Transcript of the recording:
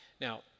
Now